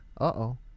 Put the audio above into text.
uh-oh